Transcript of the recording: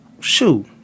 shoot